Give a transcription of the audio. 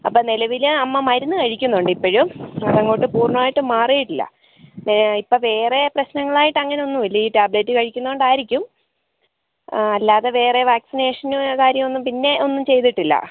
അപ്പം നിലവിൽ അമ്മ മരുന്നു കഴിക്കുന്നുണ്ടിപ്പഴും അതങ്ങോട്ട് പൂർണമായിട്ട് മാറീട്ടില്ല ഇപ്പോൾ വേറെ പ്രശ്നങ്ങളായിട്ട് അങ്ങനെയൊന്നുല്ല ഈ ടാബ്ലറ്റ് കഴിക്കുന്ന കൊണ്ടായിരിക്കും അല്ലാതെ വേറെ വാക്സിനേഷനും കാര്യന്നും പിന്നെയൊന്നും ചെയ്തിട്ടില്ല